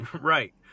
Right